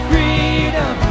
Freedom